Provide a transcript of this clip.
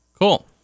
Cool